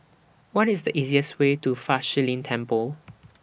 What IS The easiest Way to Fa Shi Lin Temple